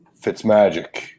Fitzmagic